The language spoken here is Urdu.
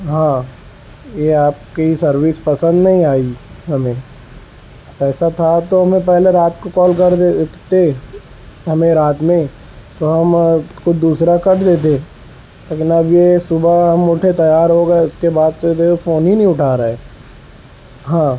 ہاں یہ آپ کی سروس پسند نہیں آئی ہمیں ایسا تھا تو ہمیں پہلے رات کو کال کر دیتے ہمیں رات میں تو ہم کوئی دوسرا کر لیتے لیکن اب یہ صبح ہم اٹھے تیار ہو گئے اس کے بعد سے وہ فون ہی نہیں اٹھا رہا ہے ہاں